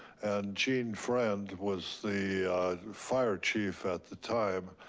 and gene friend was the fire chief at the time.